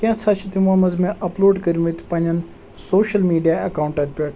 کینٛژھاہ چھِ تِمو منٛز مےٚ اَپلوٗڈ کٔرمٕتۍ پننیٚن سوٗشَل میٖڈیا ایٚکاوُنٛٹَن پٮ۪ٹھ